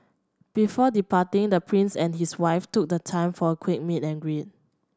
before departing the Prince and his wife took the time for a quick meet and greet